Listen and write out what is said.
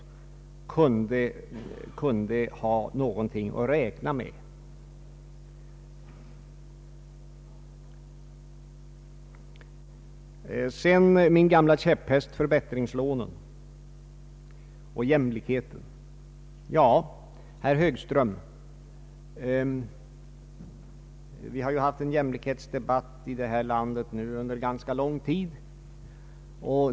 Så till min gamla käpphäst förbättringslånen och jämlikheten. Vi har haft en jämlikhetsdebatt i det här landet under ganska lång tid.